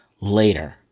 later